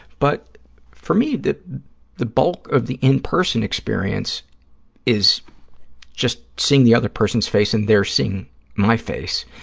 but for me, the the bulk of the in-person experience is just seeing the other person's face and they're seeing my face,